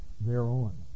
thereon